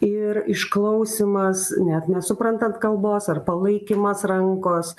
ir išklausymas net nesuprantant kalbos ar palaikymas rankos